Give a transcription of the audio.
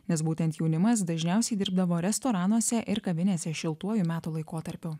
nes būtent jaunimas dažniausiai dirbdavo restoranuose ir kavinėse šiltuoju metų laikotarpiu